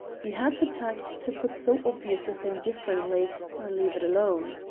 you had the tact to put so obvious a thing differently or leave it alone.